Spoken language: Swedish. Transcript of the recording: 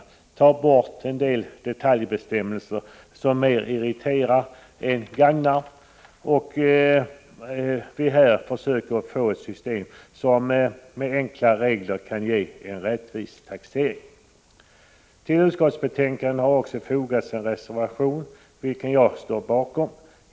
Vi bör ta bort en del detaljbestämmelser som mer irriterar än gagnar, och vi bör sträva efter att få ett system som med enkla regler kan ge en rättvis taxering. Till utskottets betänkande har också fogats en reservation vilken jag står bakom.